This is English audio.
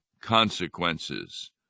Consequences